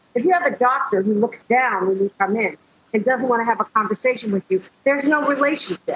if you have a doctor who looks down when you come in and doesn't wanna have a conversation with you, there's no relationship.